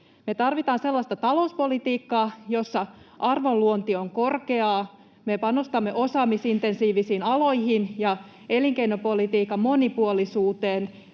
sellaista talouspolitiikkaa, jossa arvonluonti on korkeaa, me panostamme osaamisintensiivisiin aloihin ja elinkeinopolitiikan monipuolisuuteen,